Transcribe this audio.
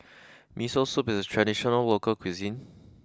Miso Soup is a traditional local cuisine